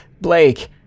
Blake